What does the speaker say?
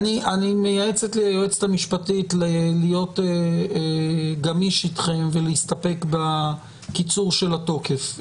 אני מייעץ ליועצת המשפטית להיות גמיש אתכם ולהסתפק בקיצור של התוקף.